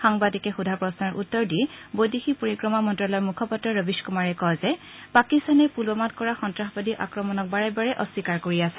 সাংবাদিকে সোধা প্ৰশ্নৰ উত্তৰ দি বৈদেশিক পৰিক্ৰমা মন্ত্যালয়ৰ মুখপাত্ৰ ৰবীশ কুমাৰে কয় যে পাকিস্তানে পুলৱামাত কৰা সন্ত্ৰাসবাদী আক্ৰমণক বাৰে বাৰে অস্বীকাৰ কৰি আছে